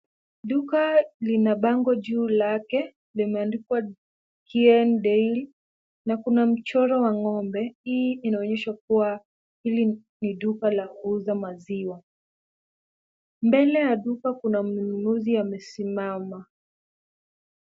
Duka lina bango juu lake limeandikwa Kieni Dairy na kuna mchoro wa ng'ombe. Hii inaonyesha kuwa hili ni duka la kuuza maziwa. Mbele ya duka kuna mnunuzi amesimama.